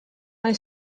nahi